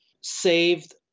saved